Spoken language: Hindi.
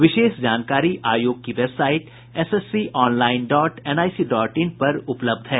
विशेष जानकारी आयोग की website SSC online dot NIC dot in पर उपलब्ध है